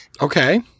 Okay